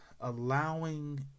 allowing